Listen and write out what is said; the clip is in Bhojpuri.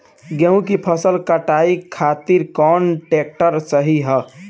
गेहूँ के फसल काटे खातिर कौन ट्रैक्टर सही ह?